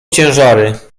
ciężary